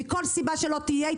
מכל סיבה שלא תהיה,